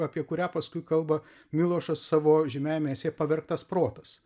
apie kurią paskui kalba milošas savo žymiajame esė pavergtas protas